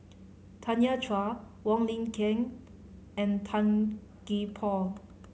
Tanya Chua Wong Lin Ken and Tan Gee Paw